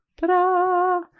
Ta-da